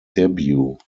debut